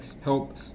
help